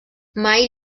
mai